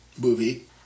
movie